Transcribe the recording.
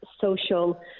social